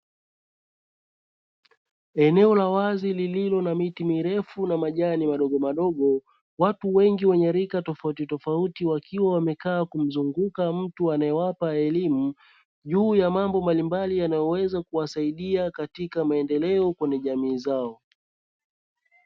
Eneo la wazi lililo na miti mirefu na majani madogomadogo, watu wengi wenye rika tofauti tofauti wakiwa wamekaa kumzunguka mtu anayewapa elimu, juu ya mambo mbalimbali yanayoweza kuwasaidia katika maendeleo kwenye jamii zao.